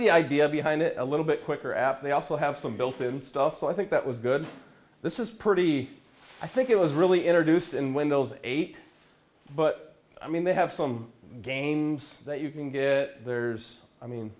the idea behind it a little bit quicker app they also have some built in stuff so i think that was good this is pretty i think it was really introduced in windows eight but i mean they have some games that you can get there's i mean